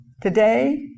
today